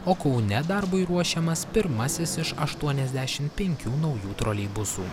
o kaune darbui ruošiamas pirmasis iš aštuoniasdešimt penkių naujų troleibusų